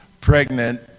pregnant